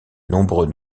nombreux